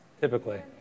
typically